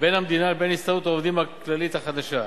בין המדינה לבין הסתדרות העובדים הכללית החדשה: